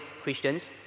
Christians